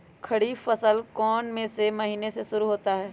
खरीफ फसल कौन में से महीने से शुरू होता है?